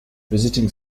visiting